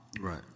Right